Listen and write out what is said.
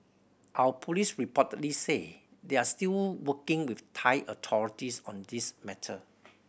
our police reportedly say they are still working with Thai authorities on this matter